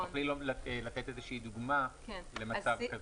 אם תוכלי לתת דוגמה למצב כזה.